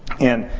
and